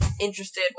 interested